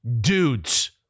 dudes